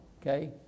Okay